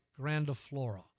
grandiflora